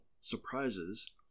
surprises